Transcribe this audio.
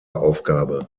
aufgabe